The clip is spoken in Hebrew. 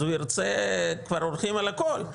אז כבר הולכים על הכל,